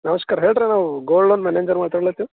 ನಮಸ್ಕಾರ ಹೇಳಿರಿ ನಾವೂ ಗೋಲ್ಡ್ ಲೋನ್ ಮ್ಯಾನೇಜರ್ ಮಾತಾಡ್ಲಾತ್ತೀವಿ